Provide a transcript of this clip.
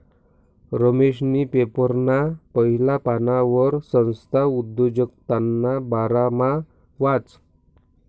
रमेशनी पेपरना पहिला पानवर संस्था उद्योजकताना बारामा वाचं